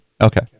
Okay